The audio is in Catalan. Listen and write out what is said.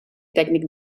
tècnic